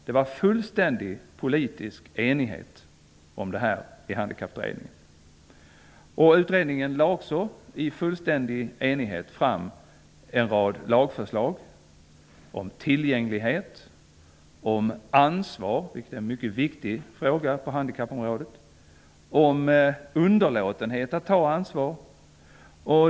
Det rådde fullständig politisk enighet om detta i Handikapputredningen. Utredningen lade också i fullständig enighet fram en rad lagförslag om tillgänglighet, om ansvar -- vilket är en mycket viktig fråga på handikappområdet -- och om underlåtenhet att ta ansvar.